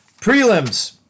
prelims